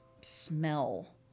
smell